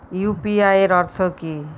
UPI এর অর্থ কি?